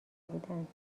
بودند